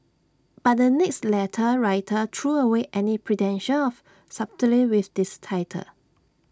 but the next letter writer threw away any pretension of subtlety with this title